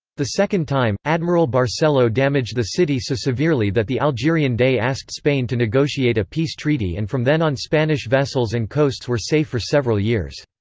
the second time, admiral barcelo damaged the city so severely that the algerian dey asked spain to negotiate a peace treaty and from then on spanish vessels and coasts were safe for several years.